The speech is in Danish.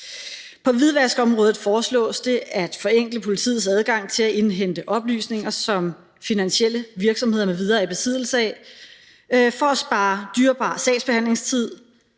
På hvidvaskområdet foreslås det at forenkle politiets adgang til at indhente oplysninger, som finansielle virksomheder m.v. er i besiddelse af, for at spare dyrebar sagsbehandlingstid